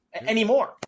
anymore